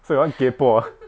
so your one kaypoh ah